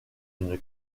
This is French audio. une